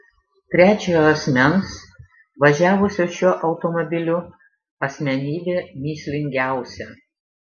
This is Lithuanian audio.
trečiojo asmens važiavusio šiuo automobiliu asmenybė mįslingiausia